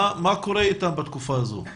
מה קורה אתם בתקופה הזו?